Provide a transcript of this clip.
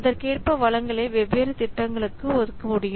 அதற்கேற்ப வளங்களை வெவ்வேறு திட்டங்களுக்கு ஒதுக்க முடியும்